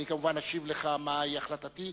אני כמובן אשיב לך מהי החלטתי.